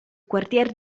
quartier